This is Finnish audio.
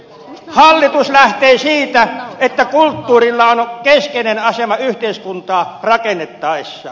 hallitus lähtee siitä että kulttuurilla on keskeinen asema yhteiskuntaa rakennettaessa